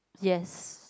yes